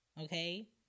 Okay